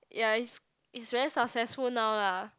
ya it's it's very successful now lah